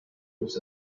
was